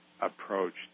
approached